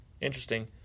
Interesting